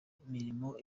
mirimo